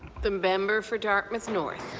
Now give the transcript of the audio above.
the member for dartmouth north.